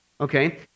Okay